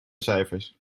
cijfers